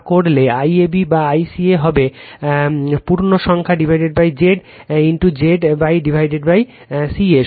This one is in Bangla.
তা করলে IAB বা ICA হবে ক্ষেত্রফলপূর্ণসংখ্যা areainteger Z ∆ Z ∆CA